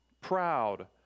proud